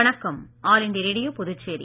வணக்கம் all India Radio Puducherry